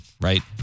right